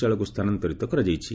ଳୟକୁ ସ୍ଥାନାନ୍ତରୀତ କରାଯାଇଛି